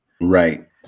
Right